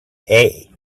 hay